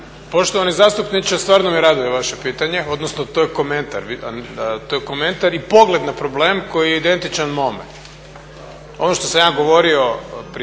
Poštovani zastupniče stvarno me raduje vaše pitanje odnosno to je komentar i pogled na problem koji je identičan mome. Ono što sam ja govorio prije